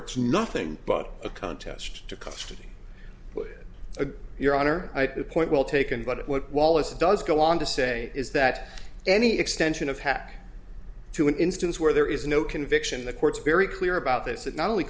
it's nothing but a contest to custody put a your honor i point well taken but what wallace does go on to say is that any extension of hack to an instance where there is no conviction the court's very clear about this it not only